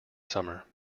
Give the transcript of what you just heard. summer